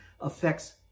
affects